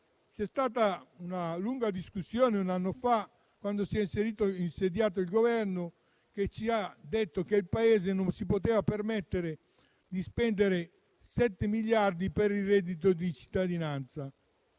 C'è stata una lunga discussione un anno fa, quando il Governo si è insediato e ci ha comunicato che il Paese non si poteva permettere di spendere 7 miliardi per il reddito di cittadinanza,